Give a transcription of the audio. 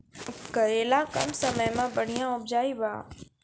करेला कम समय मे बढ़िया उपजाई बा?